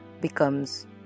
becomes